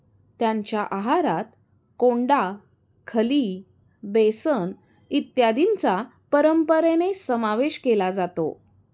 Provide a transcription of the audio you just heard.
त्यांच्या आहारात कोंडा, खली, बेसन इत्यादींचा परंपरेने समावेश केला जातो